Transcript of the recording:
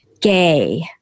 gay